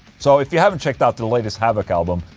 so, if you haven't checked out the latest havok album,